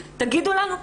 תגידו לנו,